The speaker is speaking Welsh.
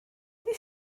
iddi